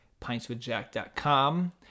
pintswithjack.com